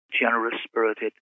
generous-spirited